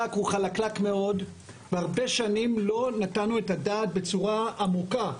הוא חלקלק מאוד והרבה שנים לא נתנו את הדעת בצורה עמוקה,